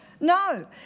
No